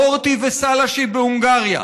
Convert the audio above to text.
הורטי וסלשי בהונגריה,